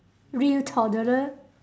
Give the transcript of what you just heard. real toddler